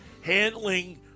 handling